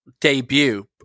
debut